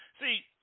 See